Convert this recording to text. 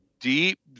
deep